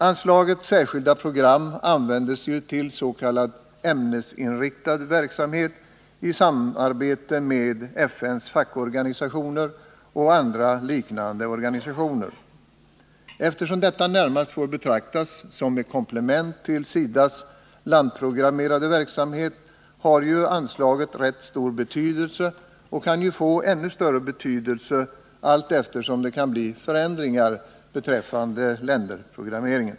Anslaget Särskilda program används ju till s.k. ämnesinriktad verksamhet i samarbete med FN:s fackorganisationer och andra liknande organisationer. Eftersom detta närmast får betraktas som ett komplement till SIDA:s landprogrammerade verksamhet har anslaget rätt stor betydelse och kan få ännu större betydelse allteftersom förändringar sker beträffande länderprogrammen.